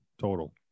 total